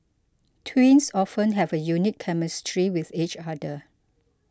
twins often have a unique chemistry with each other